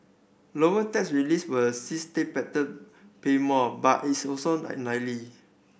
lower tax reliefs will pay more but is also unlikely